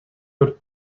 өрт